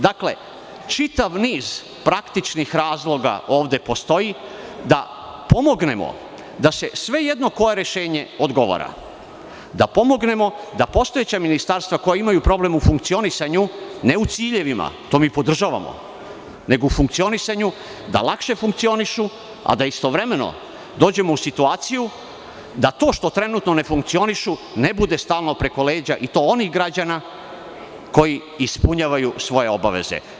Dakle, čitav niz praktičnih razloga ovde postoji, da pomognemo da se, sve jedno koje rešenje odgovara, da pomognemo da postojeća ministarstva koja imaju problem u funkcionisanju, ne u ciljevima, to mi podržavamo, nego u funkcionisanju, da lakše funkcionišu, a da istovremeno dođemo u situaciju da to što trenutno ne funkcionišu ne bude stalno preko leđa i to onih građana koji ispunjavaju svoje obaveze.